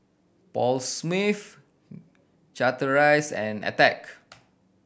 Paul Smith Chateraise and Attack